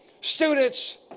Students